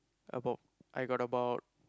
about I got about